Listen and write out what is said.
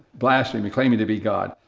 blasphemy, claiming to be god.